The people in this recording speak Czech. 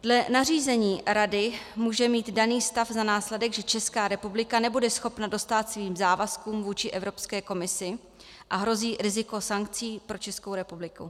Dle nařízení Rady může mít daný stav za následek, že Česká republika nebude schopna dostát svým závazkům vůči Evropské komisi a hrozí riziko sankcí pro Českou republiku.